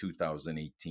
2018